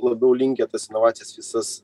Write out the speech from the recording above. labiau linkę tas inovacijas visas